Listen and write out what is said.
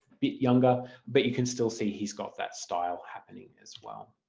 bit younger but you can still see he's got that style happening as well.